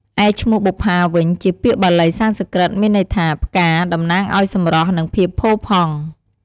ឯឈ្មោះបុប្ផាវិញ ជាពាក្យបាលីសំស្ក្រឹត មានន័យថា ផ្កា តំណាងឲ្យសម្រស់ និងភាពផូរផង់។